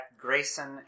Grayson